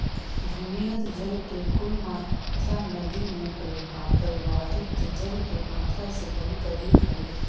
भूमिगत जल के कुल मात्रा नदि में प्रवाहित जल के मात्रा से बहुत अधिक हई